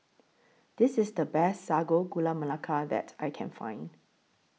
This IS The Best Sago Gula Melaka that I Can Find